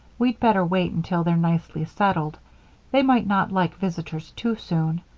we'd better wait until they're nicely settled they might not like visitors too soon.